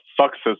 success